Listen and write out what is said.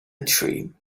dream